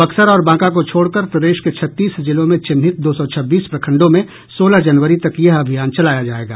बक्सर और बांका को छोड़कर प्रदेश के छत्तीस जिलों में चिन्हित दो सौ छब्बीस प्रखंडों में सोलह जनवरी तक यह अभियान चलाया जाएगा